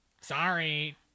Sorry